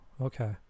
Okay